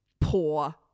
poor